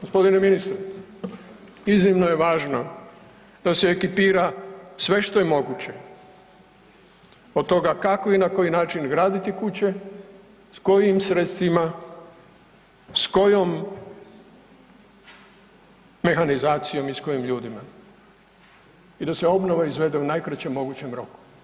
Gospodine ministre, iznimno je važno da se ekipira sve što je moguće od toga kako i na koji način graditi kuće, s kojim sredstvima, s kojom mehanizacijom i s kojim ljudima i da se obnova izvede u najkraćem mogućem roku.